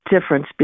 difference